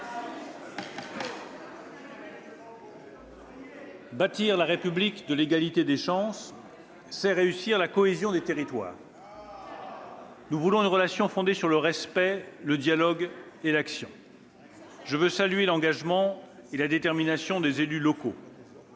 Bâtir la République de l'égalité des chances, c'est réussir la cohésion des territoires. Nous voulons une relation fondée sur le respect, le dialogue et l'action. « Je veux saluer l'engagement et la détermination des élus locaux.